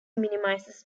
minimizes